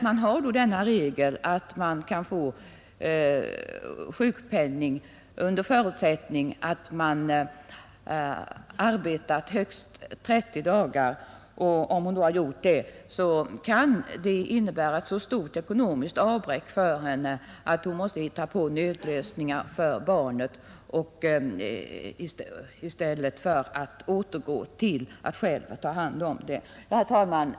Regeln om att man kan få sjukpenning under förutsättning att man arbetar högst 30 dagar kan innebära ett så stort ekonomiskt avbräck för kvinnan att hon måste hitta på nödlösningar för barnet i stället för att återgå till hemmet och själv ta hand om det. Herr talman!